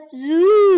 zoo